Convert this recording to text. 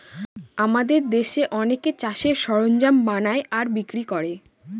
আমাদের দেশে অনেকে চাষের সরঞ্জাম বানায় আর বিক্রি করে